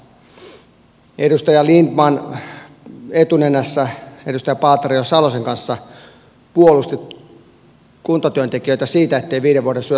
edustaja lindtman etunenässä edustaja paateron ja edustaja salosen kanssa puolusti kuntatyöntekijöitä siitä ettei viiden vuoden suojatyöaikaa saa purkaa